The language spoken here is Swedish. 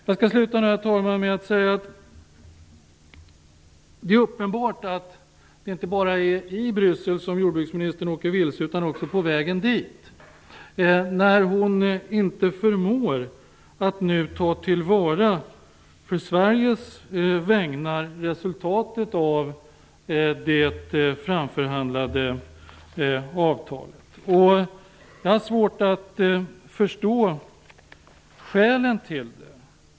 Jag skall sluta med att säga att det är uppenbart att det inte bara är i Bryssel som jordbruksministern åker vilse utan också på vägen dit. Hon förmår inte att på Sveriges vägnar ta tillvara resultatet av det framförhandlade avtalet. Jag har svårt att förstå skälen till det.